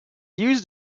used